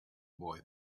boy